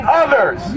others